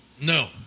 No